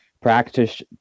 practice